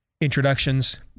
introductions